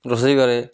ରୋଷେଇ କରେ